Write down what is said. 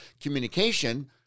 communication